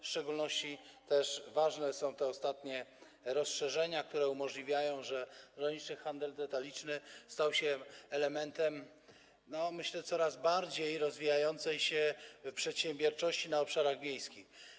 W szczególności też ważne są te ostatnie rozszerzenia, które umożliwiają to, że rolniczy handel detaliczny staje się elementem, jak myślę, coraz bardziej rozwijającej się przedsiębiorczości na obszarach wiejskich.